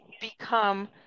become